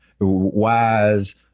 wise